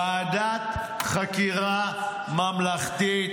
ועדת חקירה ממלכתית,